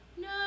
No